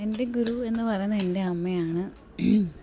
എൻ്റെ ഗുരു എന്നു പറയുന്നത് എൻ്റെ അമ്മയാണ്